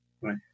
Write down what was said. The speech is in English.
Right